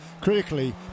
critically